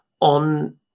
on